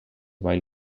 while